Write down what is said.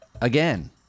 Again